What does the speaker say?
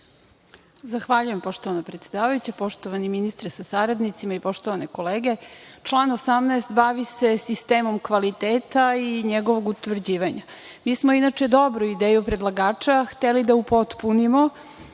Zahvaljujem, poštovana predsedavajuća. Poštovani ministre sa saradnicima, poštovane kolege, član 18. bavi se sistemom kvaliteta i njegovog utvrđivanja. Mi smo inače dobru ideju predlagača hteli da upotpunimo